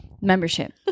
membership